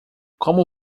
como